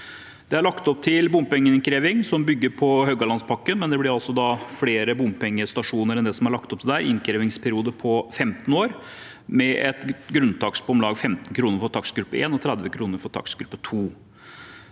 Det er lagt opp til bompengeinnkreving som bygger på Haugalandspakken, men det blir altså flere bompengestasjoner enn det som er lagt opp til der, og en innkrevingsperiode på 15 år med en grunntakst på om lag 15 kr for takstgruppe 1 og 30 kr for takstgruppe 2.